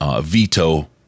veto